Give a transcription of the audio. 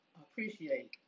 appreciate